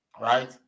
right